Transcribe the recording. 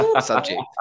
subject